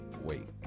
Wait